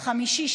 חמישי,